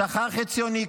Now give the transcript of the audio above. שכר חציוני,